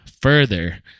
further